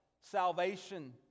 salvation